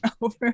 over